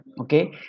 okay